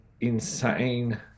insane